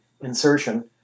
insertion